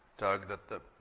doug, that the